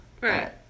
Right